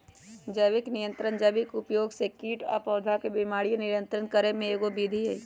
जैविक नियंत्रण जैविक उपयोग से कीट आ पौधा के बीमारी नियंत्रित करे के एगो विधि हई